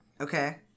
Okay